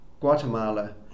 Guatemala